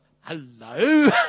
hello